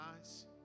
eyes